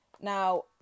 Now